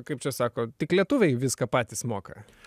kaip čia sako tik lietuviai patys viską moka